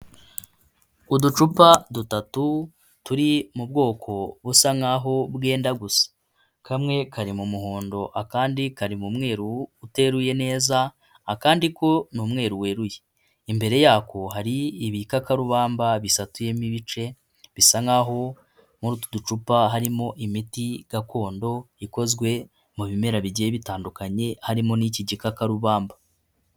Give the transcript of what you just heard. Uducupa dutatu turi mu bwoko busa nkaho bwenda gusa, kamwe kari mu muhondo akandi kari mu mweru uteruye neza akandi ko ni umweru weruye, imbere yako hari ibikakarubamba bisatuyemo ibice, bisa nkaho muri utu ducupa harimo imiti gakondo ikozwe mu bimera bigiye bitandukanye harimo n'iki gikakarubamba.